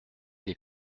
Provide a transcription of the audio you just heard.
lès